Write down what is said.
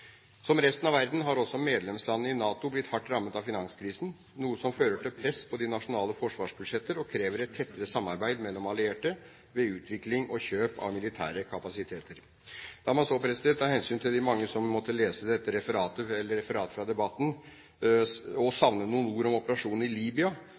Som resten av verden har også medlemslandene i NATO blitt hardt rammet av finanskrisen, noe som fører til press på de nasjonale forsvarsbudsjetter og krever et tettere samarbeid mellom allierte ved utvikling og kjøp av militære kapasiteter. La meg så av hensyn til de mange som måtte lese referatet